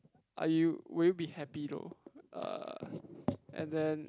are you will you be happy though uh and then